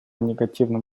негативным